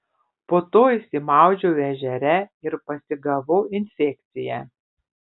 po to išsimaudžiau ežere ir pasigavau infekciją